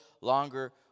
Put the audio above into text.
longer